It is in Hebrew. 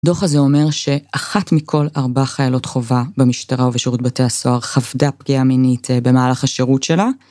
הדוח הזה אומר שאחת מכל ארבע חיילות חובה במשטרה ובשירות בתי הסוהר חוותה פגיעה מינית במהלך השירות שלה.